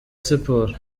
siporo